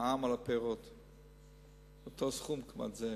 המע"מ על הפירות, אותו סכום, כמעט זהה.